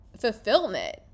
fulfillment